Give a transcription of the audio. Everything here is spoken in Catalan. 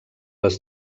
les